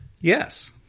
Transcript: Yes